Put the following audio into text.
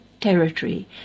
territory